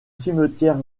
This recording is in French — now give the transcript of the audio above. cimetière